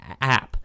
app